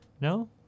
No